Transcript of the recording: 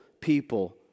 people